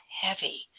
heavy